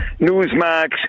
Newsmax